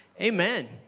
Amen